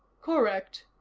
correct,